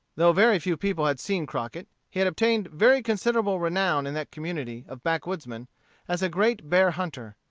though very few people had seen crockett, he had obtained very considerable renown in that community of backwoodsmen as a great bear-hunter.